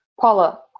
Paula